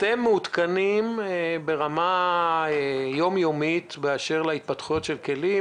אתם מעודכנים ברמה יום-יומית באשר להתפתחויות של כלים,